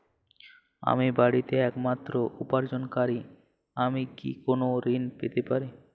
আমি বাড়িতে একমাত্র উপার্জনকারী আমি কি কোনো ঋণ পেতে পারি?